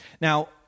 Now